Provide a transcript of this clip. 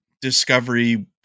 Discovery